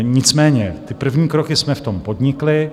Nicméně první kroky jsme v tom podnikli.